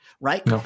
right